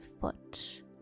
foot